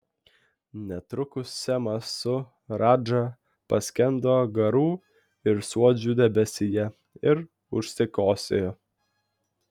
netrukus semas su radža paskendo garų ir suodžių debesyje ir užsikosėjo